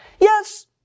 Yes